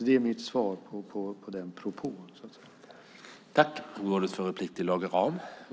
Det är mitt svar på den propån, så att säga.